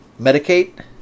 Medicate